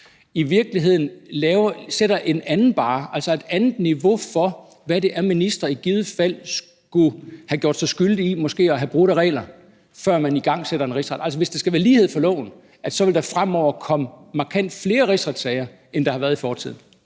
i virkeligheden sætter barren et andet sted, altså sætter et andet niveau for, hvad det er, ministre i givet fald skulle have gjort sig skyldige i og måske have brudt af regler, før man igangsætter en rigsretssag? Altså, vil der, hvis der skal være lighed for loven, så fremover komme markant flere rigsretssager, end der har været i fortiden?